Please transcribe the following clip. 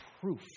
proof